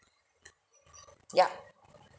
ya